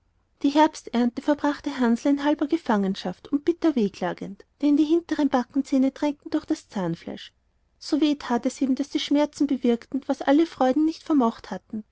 die herbsternte verbrachte hansl in halber gefangenschaft und bitter wehklagend denn die hinteren backenzähne drängten durch das zahnfleisch so weh tat es ihm daß die schmerzen bewirkten was alle freuden nicht vermocht hatten